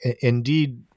Indeed